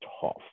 tough